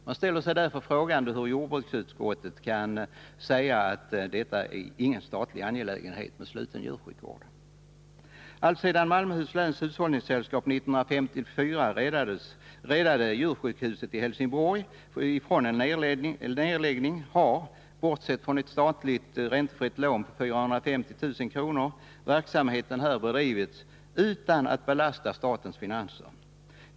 Man ställer sig därför frågande inför hur jordbruksutskottet kan säga att det inte är någon statlig angelägenhet med sluten djursjukvård. Alltsedan Malmöhus läns hushållningssällskap 1954 räddade djursjukhuset i Helsingborg från nedläggning har — bortsett från ett statligt räntefritt lån på 450 000 kr. — verksamheten här kunnat bedrivas utan att belasta statens finanser.